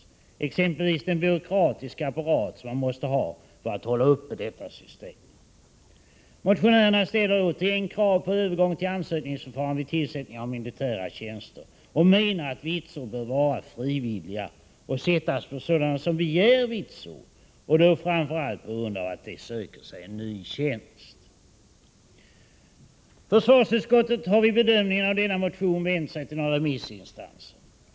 Det gäller exempelvis den byråkratiska apparat som man måste ha för att uppehålla detta system. Motionärerna ställer återigen krav på en övergång till ansökningsförfarande vid tillsättning av militära tjänster. De menar att vitsord bör vara frivilliga och att de bör sättas på sådana som begär vitsord — och då framför allt på grund av att man söker en ny tjänst. Försvarsutskottet har vid bedömningen av denna motion vänt sig till några remissinstanser.